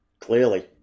Clearly